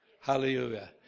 Hallelujah